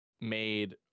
made